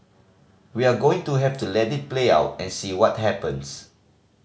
we're going to have to let it play out and see what happens